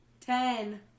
Ten